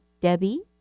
Debbie